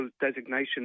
designation